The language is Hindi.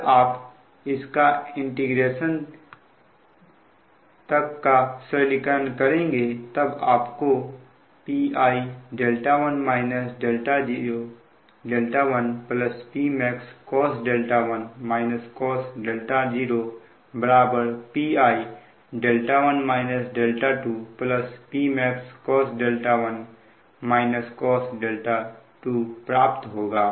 अगर आप इसका इंटीग्रेशन तक का सरलीकरण करेंगे तो आपको Pi 1 Pmax Pi Pmax प्राप्त होगा